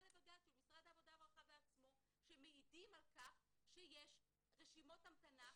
לבג"צ של משרד העבודה והרווחה בעצמו שמעידים על כך שיש רשימות המתנה.